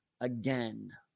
again